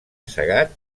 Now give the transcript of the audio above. segat